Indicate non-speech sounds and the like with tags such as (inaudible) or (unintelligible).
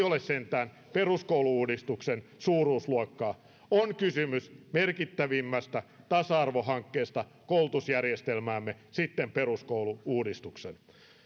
(unintelligible) ole sentään peruskoulu uudistuksen suuruusluokkaa on kysymys merkittävimmästä tasa arvohankkeesta koulutusjärjestelmäämme sitten peruskoulu uudistuksen